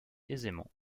aisément